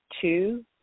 two